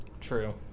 True